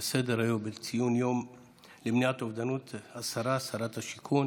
לסדר-היום לציון יום למניעת אובדנות שרת השיכון